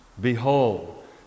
Behold